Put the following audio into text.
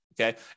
okay